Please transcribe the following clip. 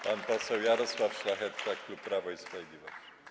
Pan poseł Jarosław Szlachetka, klub Prawo i Sprawiedliwość.